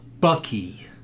Bucky